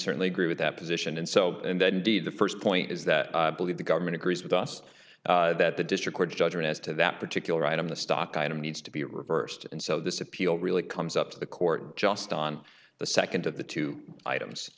certainly agree with that position and so and then did the first point is that i believe the government agrees with us that the district court's judgment as to that particular item the stock item needs to be reversed and so this appeal really comes up to the court just on the second of the two items